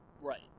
Right